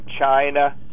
China